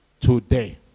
today